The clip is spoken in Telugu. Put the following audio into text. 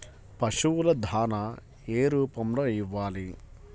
పశువుల దాణా ఏ రూపంలో ఇవ్వాలి?